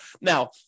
Now